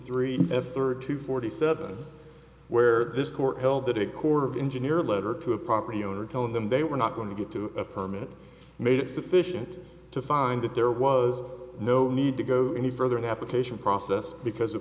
three f thirty to forty seven where this court held that a corps of engineer letter to a property owner telling them they were not going to get to a permit made it sufficient to find that there was no need to go any further in the application process because it